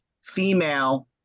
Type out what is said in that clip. female